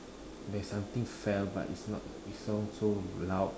there's something fell but it's not sound so loud